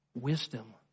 Wisdom